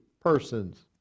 persons